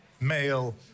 male